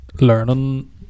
learning